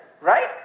right